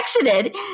exited